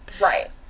Right